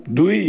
ଦୁଇ